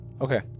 Okay